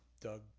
Doug